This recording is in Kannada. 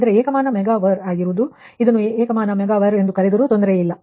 ಇದರ ಏಕಮಾನವು ಮೆಗಾ ವರ್ ಆಗಿದ್ದು ಇದನ್ನು ಏಕಮಾನ ಮೆಗಾವರ್ ಎಂದು ಕರೆದರೂ ತೊಂದರೆಯೇನಿಲ್ಲ